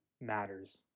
matters